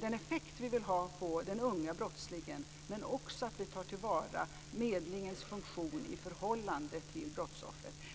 den effekt vi vill ha på den unge brottslingen och också tar till vara medlingens funktion i förhållande till brottsoffret.